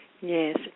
Yes